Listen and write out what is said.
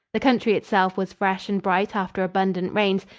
the country itself was fresh and bright after abundant rains,